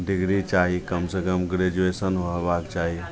degree चाही कमसे कम ग्रेजुएशन होएबाक चाही